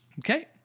Okay